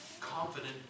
confident